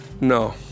No